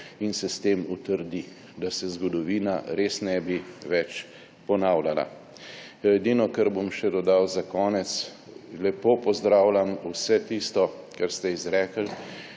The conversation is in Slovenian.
in se s tem utrdi, da se zgodovina res ne bi več ponavljala. Edino, kar bom še dodal za konec. Lepo pozdravljam vse tisto, kar ste izrekli